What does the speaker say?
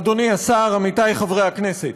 אדוני השר, עמיתי חברי הכנסת,